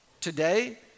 today